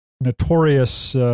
notorious